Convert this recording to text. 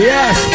Yes